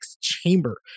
Chamber